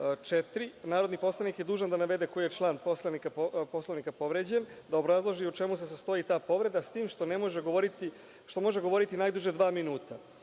4. – narodni poslanik je dužan da navede koji je član Poslovnika povređen, da obrazloži u čemu se sastoji ta povreda, s tim što može govoriti najduže dva